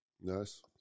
Nice